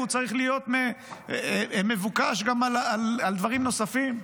הוא צריך להיות מבוקש גם על דברים נוספים.